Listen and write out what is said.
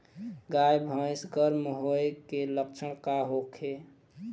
गाय भैंस गर्म होय के लक्षण का होखे?